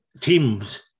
teams